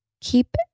Keep